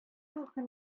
рухын